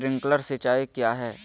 Sprinkler सिंचाई क्या है?